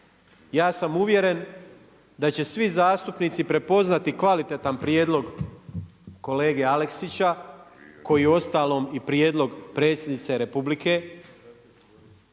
Ja sam uvjeren da će svi zastupnici prepoznati kvalitetan prijedlog kolege Aleksića koji je uostalom i prijedlog Predsjednice Republike